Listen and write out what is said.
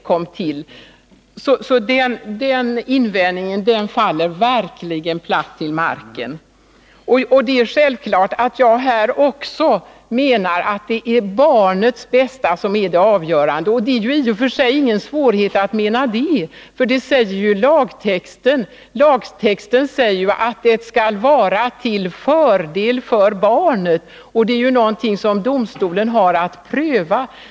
Så den invändningen faller verkligen platt till marken. Det är självklart att jag även här menar att det är barnets bästa som är det avgörande. Det är i och för sig inte så svårt att mena det, för det säger lagtexten. Lagen säger ju att adoptionen skall vara ”till fördel för barnet”. Det är någonting som domstolen har att pröva.